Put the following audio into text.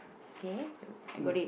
okay